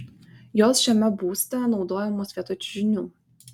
jos šiame būste naudojamos vietoj čiužinių